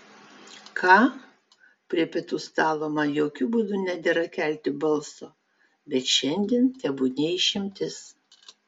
ką prie pietų stalo man jokiu būdu nedera kelti balso bet šiandien tebūnie išimtis